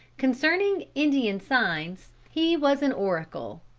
concerning indian signs he was an oracle.